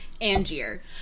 angier